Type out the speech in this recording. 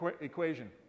equation